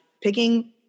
picking